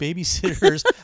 Babysitters